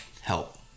help